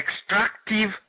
extractive